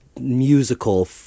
musical